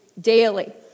daily